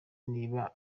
niba